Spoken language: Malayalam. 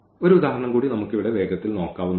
ഒരു ഉദാഹരണം കൂടി നമുക്ക് ഇവിടെ വേഗത്തിൽ നോക്കാവുന്നതാണ്